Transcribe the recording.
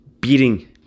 beating